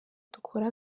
dukore